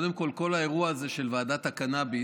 קודם כול, כל האירוע הזה של ועדת הקנביס,